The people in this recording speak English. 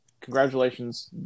congratulations